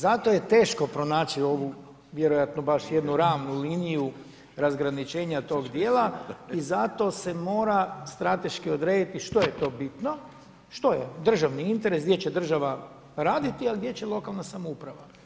Zato je teško pronaći ovu, vjerojatno baš jednu ravnu liniju razgraničenja tog dijela i zato se mora strateški odrediti što je to bitno, što je državni interes, gdje će država raditi, a gdje će lokalna samouprava.